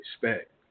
respect